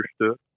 understood